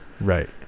right